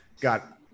got